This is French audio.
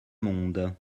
monde